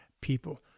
people